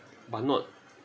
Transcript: but not